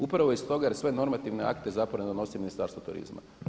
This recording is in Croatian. Upravo iz toga jer sve normativne akte zapravo ne donosi Ministarstvo turizma.